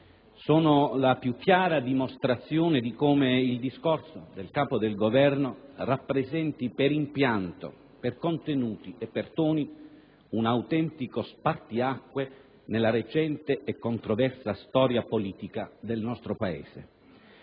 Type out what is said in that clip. sono la più chiara dimostrazione di come il discorso del Capo del Governo rappresenti per impianto, contenuti e toni un autentico spartiacque nella recente e controversa storia politica del nostro Paese.